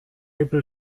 able